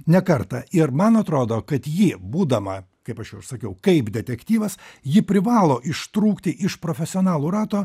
ne kartą ir man atrodo kad ji būdama kaip aš jau ir sakiau kaip detektyvas ji privalo ištrūkti iš profesionalų rato